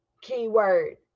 keyword